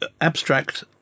abstract